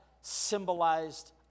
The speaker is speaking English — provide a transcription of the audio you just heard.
symbolized